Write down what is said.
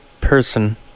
person